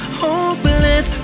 hopeless